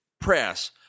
Press